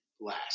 last